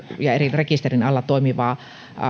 ja eri rekisterin alla toimivaa